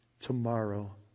tomorrow